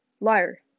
Liar